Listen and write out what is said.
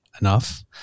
enough